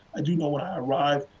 i do know when i arrived,